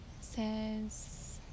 says